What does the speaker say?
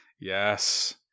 Yes